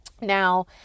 Now